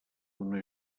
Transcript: una